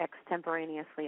extemporaneously